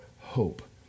hope